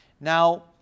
Now